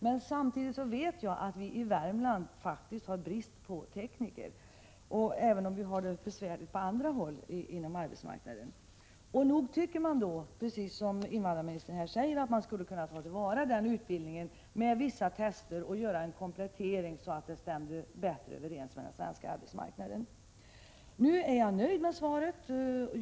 Men samtidigt vet jag att vi faktiskt har brist på tekniker i Värmland, även om vi har det besvärligt med sysselsättningen på andra håll inom arbetsmarknaden. Nog tycker jag som invandrarministern säger, att man skulle kunna ta till vara den tidigare utbildningen, genomföra vissa tester och göra kompletteringar så att det hela bättre skulle stämma överens med den svenska arbetsmarknaden. Nu är jag nöjd med svaret.